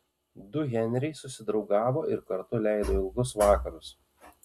du henriai susidraugavo ir kartu leido ilgus vakarus